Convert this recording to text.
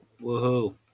Woohoo